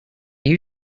you